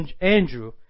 Andrew